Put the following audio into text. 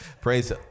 praise